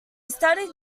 studied